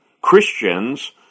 Christians